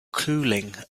cooling